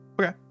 Okay